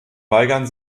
weigern